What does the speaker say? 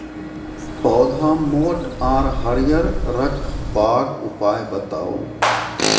पौधा मोट आर हरियर रखबाक उपाय बताऊ?